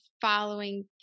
following